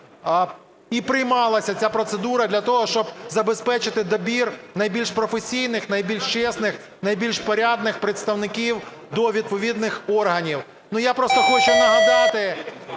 і приймалася ця процедура для того, щоб забезпечити добір найбільш професійних, найбільш чесних, найбільш порядних представників до відповідних органів. Я просто хочу нагадати